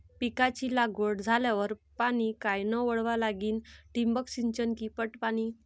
पिकाची लागवड झाल्यावर पाणी कायनं वळवा लागीन? ठिबक सिंचन की पट पाणी?